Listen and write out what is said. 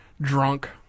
drunk